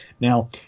Now